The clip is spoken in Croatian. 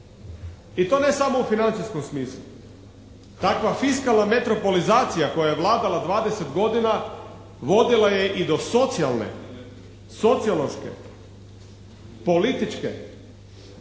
i to ne samo u financijskom smislu. Takva fiskalna metropolizacija koja je vladala 20 godina vodila je i do socijalne, sociološke, političke